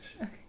Okay